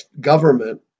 government